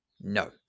no